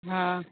हॅं